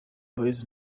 boyz